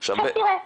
עכשיו תראה,